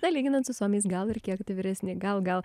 na lyginant su suomiais gal ir kiek vyresni gal gal